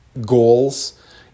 goals